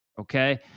Okay